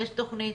יש תכנית,